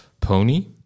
pony